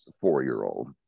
four-year-old